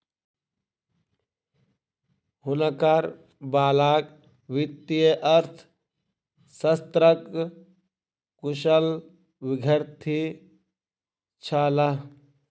हुनकर बालक वित्तीय अर्थशास्त्रक कुशल विद्यार्थी छलाह